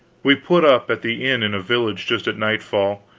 we put up at the inn in a village just at nightfall,